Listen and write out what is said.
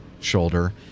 shoulder